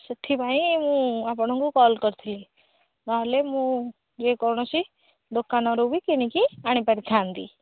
ସେଥିପାଇଁ ମୁଁ ଆପଣଙ୍କୁ କଲ୍ କରିଥିଲି ନହେଲେ ମୁଁ ଯେକୌଣସି ଦୋକାନରୁ ବି କିଣିକି ଆଣି ପାରିଥାନ୍ତି